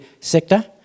sector